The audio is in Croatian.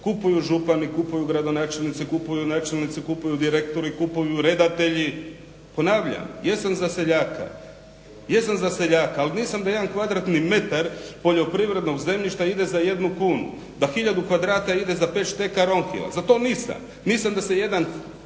Kupuju župani, kupuju gradonačelnici, kupuju načelnici, kupuju direktori, kupuju redatelji, ponavljam ja sam za seljaka. Jesam za seljaka, ali nisam da jedan kvadratni metar poljoprivrednog zemljišta ide za jednu kunu, da hiljadu kvadrata ide za pet šteka Ronhilla, za to nisam. Nisam da se jedan